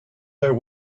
their